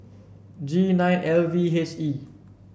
G nine L V H E